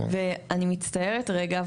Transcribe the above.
ואני מצטערת רגע,